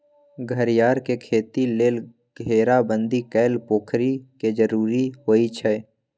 घरियार के खेती लेल घेराबंदी कएल पोखरि के जरूरी होइ छै